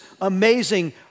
amazing